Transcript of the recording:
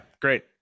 great